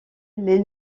les